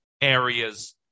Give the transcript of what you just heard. areas